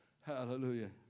Hallelujah